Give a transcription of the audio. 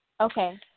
Okay